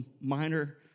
minor